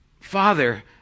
Father